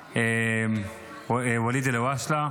כמובן, לואליד אלהואשלה,